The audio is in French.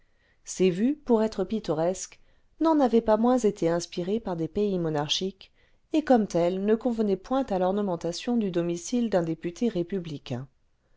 ces vues pour être pittoresques n'en avaient pas moins été inspirées par des pays monarchiques et comme surveillant en service de nuit préférences artistiques du comité le vingtième siècle tels ne convenaient point à l'ornementation du domicile d'un député républicain